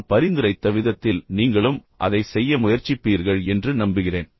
நான் பரிந்துரைத்த விதத்தில் நீங்களும் அதைச் செய்ய முயற்சிப்பீர்கள் என்று நம்புகிறேன்